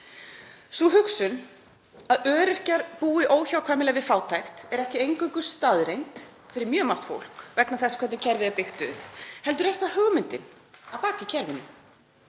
Sú hugsun að öryrkjar búi óhjákvæmilega við fátækt er ekki eingöngu staðreynd fyrir mjög margt fólk vegna þess hvernig kerfið er byggt upp, heldur er það hugmyndin að baki kerfinu.